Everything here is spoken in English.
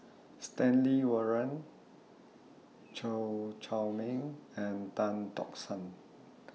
Stanley Warren Chew Chor Meng and Tan Tock San